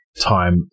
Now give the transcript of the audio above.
time